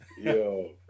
yo